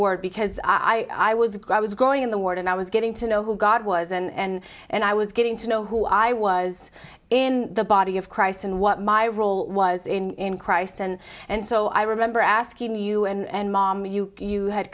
word because i was glad i was going in the ward and i was getting to know who god was and and i was getting to know who i was in the body of christ and what my role was in christ and and so i remember asking you and mom you you had